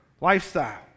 lifestyle